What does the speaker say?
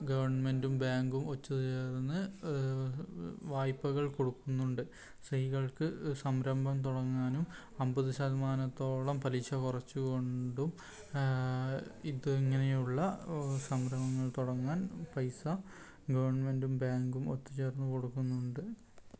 ഗവൺമെൻ്റും ബാങ്കും ഒത്തുചേർന്ന് വായ്പകൾ കൊടുക്കുന്നുണ്ട് സ്ത്രീകൾക്ക് സംരംഭം തുടങ്ങാനും അമ്പത് ശതമാനത്തോളം പലിശ കുറച്ചുകൊണ്ടും ഇത് ഇങ്ങനെയുള്ള സംരംഭങ്ങൾ തുടങ്ങാൻ പൈസ ഗവൺമെൻ്റും ബാങ്കും ഒത്തുചേർന്ന് കൊടുക്കുന്നുണ്ട്